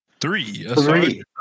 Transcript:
Three